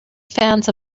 fans